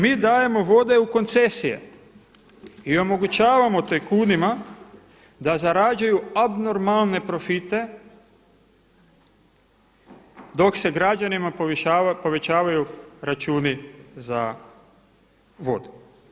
Mi dajemo vode u koncesije i omogućavamo tajkunima da zarađuju abnormalne profite dok se građanima povećavaju računi za vodu.